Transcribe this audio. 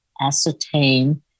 ascertain